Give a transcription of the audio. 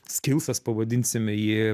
skilsas pavadinsime jį